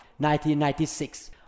1996